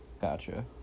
Gotcha